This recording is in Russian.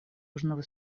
южного